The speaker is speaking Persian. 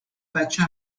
بچه